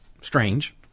strange